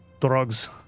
drugs